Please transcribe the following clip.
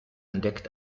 entdeckt